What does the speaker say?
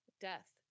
death